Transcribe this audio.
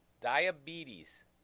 Diabetes